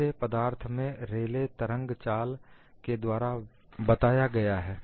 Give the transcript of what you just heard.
इसे पदार्थ में रेले तरंग चाल के द्वारा बताया गया है